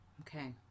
Okay